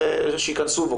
שייכנסו בו,